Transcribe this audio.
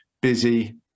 busy